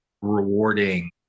rewarding